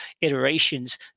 iterations